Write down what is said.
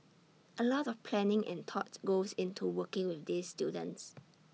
A lot of planning and thought goes into working with these students